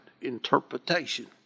interpretation